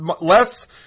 less